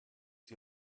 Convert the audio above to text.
die